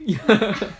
ya